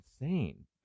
insane